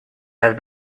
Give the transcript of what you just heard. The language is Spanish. las